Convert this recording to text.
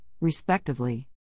respectively